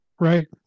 Right